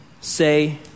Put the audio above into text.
say